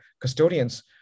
custodians